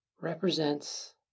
represents